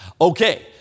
Okay